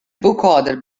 boekhouder